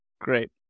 Great